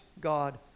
God